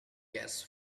gas